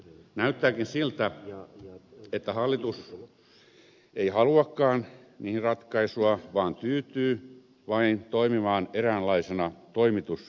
näyttääkin siltä että hallitus ei haluakaan niihin ratkaisua vaan tyytyy vain toimimaan eräänlaisena toimitusministeristönä